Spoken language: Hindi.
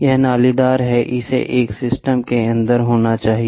यह नालीदार है इसे एक सिस्टम के अंदर होना चाहिए